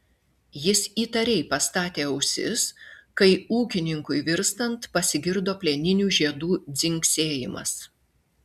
jis įtariai pastatė ausis kai ūkininkui virstant pasigirdo plieninių žiedų dzingsėjimas